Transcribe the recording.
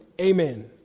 amen